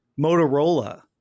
Motorola